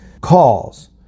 calls